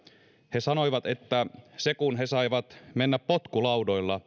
he sanoivat että se kun he saivat mennä potkulaudoilla